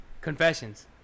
confessions